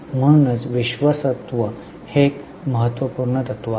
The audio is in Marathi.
म्हणूनच विश्वस्तत्व हे एक महत्त्वपूर्ण तत्व आहे